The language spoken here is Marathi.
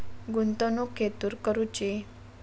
गुंतवणुक खेतुर करूची?